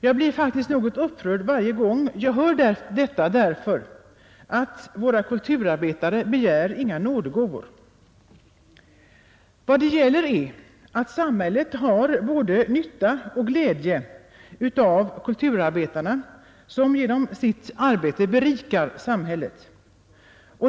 Jag blir faktiskt upprörd varje gång jag hör detta, därför att våra kulturarbetare begär inga nådegåvor. Vad det gäller är att samhället har både nytta och glädje av kulturarbetarna, som genom sitt arbete berikar samhället.